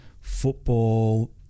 football